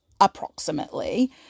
approximately